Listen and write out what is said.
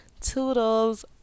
toodles